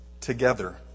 together